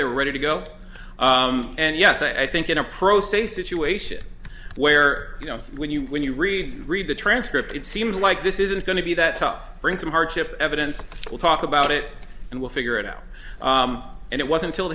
were ready to go and yes i think in a pro se situation where you know when you when you read read the transcript it seems like this isn't going to be that tough bring some hardship evidence we'll talk about it and we'll figure it out and it was until